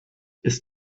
ist